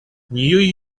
нью